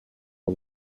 the